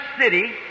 city